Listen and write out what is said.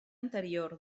anterior